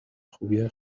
خوبیه